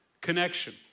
Connection